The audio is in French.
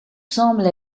semble